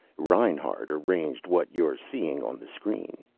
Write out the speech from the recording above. reinhart arranged what you're seeing on the screen.